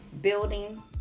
building